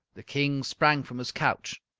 the king sprang from his couch.